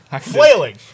Flailing